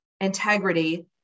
integrity